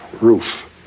roof